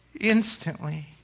Instantly